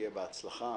שיהיה בהצלחה.